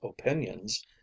opinions